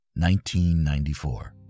1994